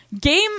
Game